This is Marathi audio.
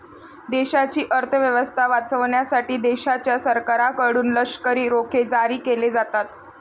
देशाची अर्थ व्यवस्था वाचवण्यासाठी देशाच्या सरकारकडून लष्करी रोखे जारी केले जातात